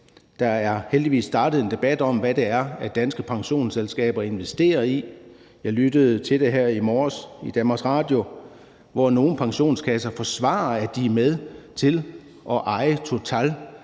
at der heldigvis er startet en debat om, hvad det er, danske pensionsselskaber investerer i. Jeg lyttede til det her i morges i DR, hvor nogle pensionskasser forsvarer, at de er med til at eje Total,